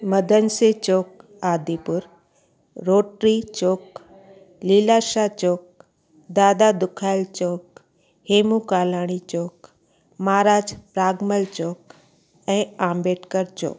मदन सिंघु चौक आदिपुर रोटरी चौक लीलाशाह चौक दादा दुखायल चौक हेमू कालाणी चौक महाराज रागमल चौक ऐं आम्बेडकर चौक